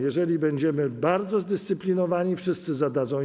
Jeżeli będziemy bardzo zdyscyplinowani, wszyscy zadadzą pytanie.